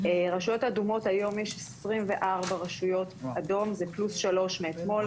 רשויות אדומות היום יש 24 רשויות אדום - זה פלוס שלוש מאתמול.